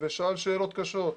ושאל שאלות קשות,